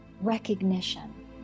recognition